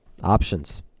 Options